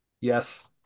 Yes